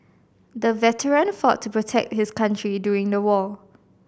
the veteran fought to protect his country during the war